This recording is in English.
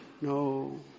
no